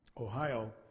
Ohio